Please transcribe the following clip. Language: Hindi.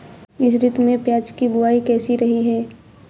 इस ऋतु में प्याज की बुआई कैसी रही है?